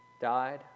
died